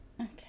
Okay